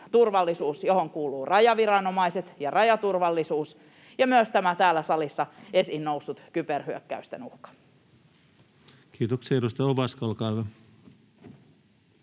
kokonaisturvallisuus, johon kuuluvat rajaviranomaiset ja rajaturvallisuus ja myös tämä täällä salissa esiin noussut kyberhyökkäysten uhka. Kiitoksia. — Edustaja Ovaska, olkaa hyvä.